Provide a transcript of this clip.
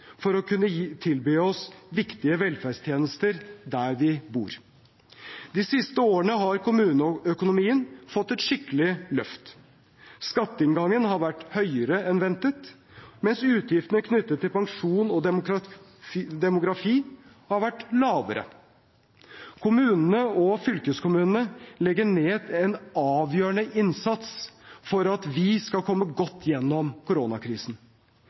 for å kunne tilby oss viktige velferdstjenester der vi bor. De siste årene har kommuneøkonomien fått et skikkelig løft. Skatteinngangen har vært større enn ventet, mens utgiftene knyttet til pensjon og demografi har vært mindre. Kommunene og fylkeskommunene legger ned en avgjørende innsats for at vi skal komme godt igjennom koronakrisen.